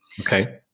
Okay